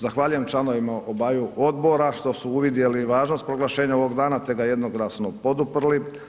Zahvaljujem članovima obaju odbora što su uvidjeli važnost proglašenja ovog dana te ga jednoglasno poduprli.